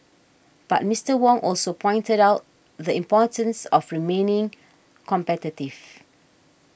but Mister Wong also pointed out the importance of remaining competitive